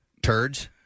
turds